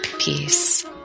peace